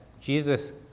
Jesus